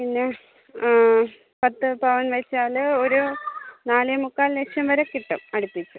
പിന്നെ പത്തു പവൻ വെച്ചാൽ ഒരു നാലേമുക്കാൽ ലക്ഷം വരെ കിട്ടും അടുപ്പിച്ച്